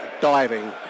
diving